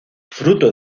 fruto